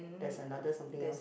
there's another something else